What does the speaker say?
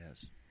yes